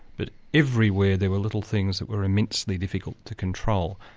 but everywhere there were little things that were immensely difficult to control.